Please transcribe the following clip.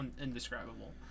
indescribable